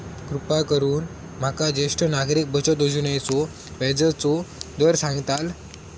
कृपा करून माका ज्येष्ठ नागरिक बचत योजनेचो व्याजचो दर सांगताल